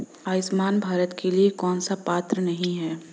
आयुष्मान भारत के लिए कौन पात्र नहीं है?